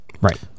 right